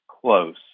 close